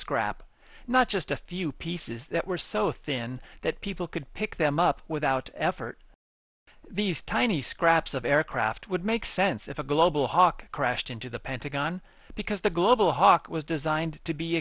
scrap not just a few pieces that were so thin that people could pick them up without effort these tiny scraps of aircraft would make sense if a global hawk crashed into the pentagon because the global hawk was designed to be